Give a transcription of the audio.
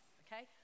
okay